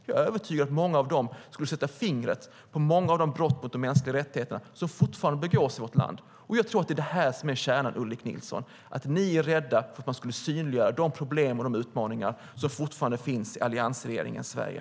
Jag är övertygad om att många av dem skulle sätta fingret på flera av de brott mot de mänskliga rättigheterna som fortfarande begås i vårt land. Jag tror att detta är kärnan, Ulrik Nilsson. Ni är rädda för att det skulle synliggöra de problem och utmaningar som fortfarande finns i alliansregeringens Sverige.